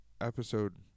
episode